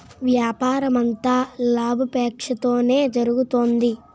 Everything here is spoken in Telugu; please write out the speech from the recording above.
వ్యాపారమంతా లాభాపేక్షతోనే జరుగుతుంది